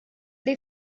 they